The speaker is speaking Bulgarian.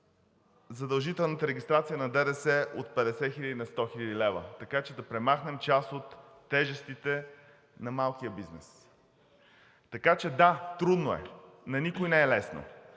задължителната регистрация на ДДС от 50 хиляди на 100 хил. лв., така че да премахнем част от тежестите на малкия бизнес. Да, трудно е, на никого не е лесно.